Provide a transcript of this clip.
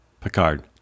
Picard